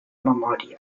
memòria